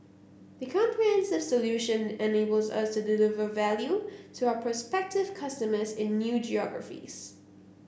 the comprehensive solution enables us to deliver value to our prospective customers in new geographies